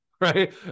right